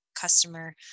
customer